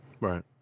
right